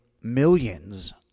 millions